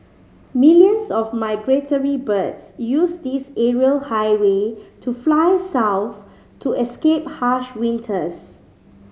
millions of migratory birds use this aerial highway to fly south to escape harsh winters